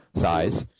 size